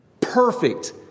Perfect